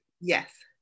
yes